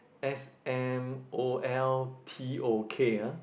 S M O L T O K ah